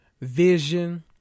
Vision